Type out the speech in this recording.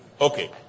Okay